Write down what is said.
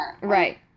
Right